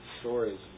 stories